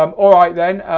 um all right then,